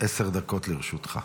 עשר דקות לרשותך.